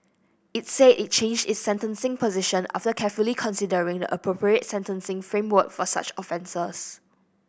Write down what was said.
it said it changed its sentencing position after carefully considering the appropriate sentencing framework for such offences